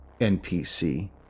npc